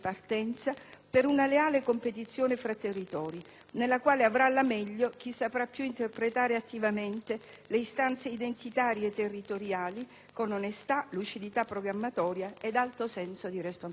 per una leale competizione fra territori, nella quale avrà la meglio chi saprà interpretare più attivamente le istanze identitarie territoriali con onestà, lucidità programmatoria ed alto senso di responsabilità.